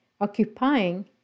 occupying